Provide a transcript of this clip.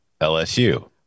LSU